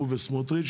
הוא וסמוטריץ',